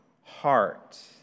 heart